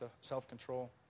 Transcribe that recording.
self-control